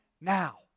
now